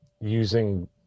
using